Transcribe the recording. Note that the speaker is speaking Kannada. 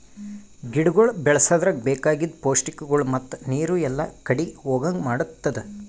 ಗಿಡಗೊಳ್ ಬೆಳಸದ್ರಾಗ್ ಬೇಕಾಗಿದ್ ಪೌಷ್ಟಿಕಗೊಳ್ ಮತ್ತ ನೀರು ಎಲ್ಲಾ ಕಡಿ ಹೋಗಂಗ್ ಮಾಡತ್ತುದ್